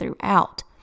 throughout